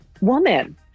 woman